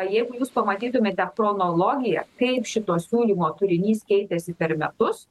jeigu jūs pamatytumėte chronologiją kaip šito siūlymo turinys keitėsi per metus